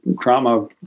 trauma